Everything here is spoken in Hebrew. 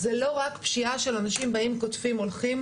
זו לא רק פשיעה של אנשים שבאים, קוטפים והולכים.